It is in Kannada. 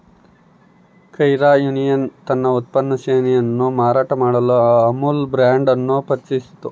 ಕೈರಾ ಯೂನಿಯನ್ ತನ್ನ ಉತ್ಪನ್ನ ಶ್ರೇಣಿಯನ್ನು ಮಾರಾಟ ಮಾಡಲು ಅಮುಲ್ ಬ್ರಾಂಡ್ ಅನ್ನು ಪರಿಚಯಿಸಿತು